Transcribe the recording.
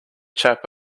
chap